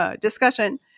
discussion